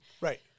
Right